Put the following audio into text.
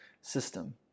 system